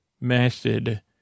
method